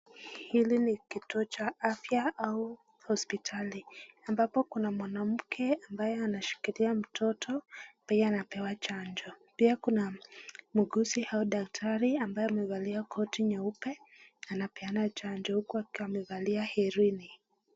Hili ni kituo cha afya au hospitali ambako kuna mwanamke ambaye ameshikilia mtoto ambaye anapewa chanjo pia kuna muuguzi au daktari ambaye amevalia koti nyeupe anapeana chanjo huku akiwa amevalia herini.